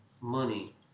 money